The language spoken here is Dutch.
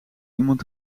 iemand